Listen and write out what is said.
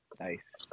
nice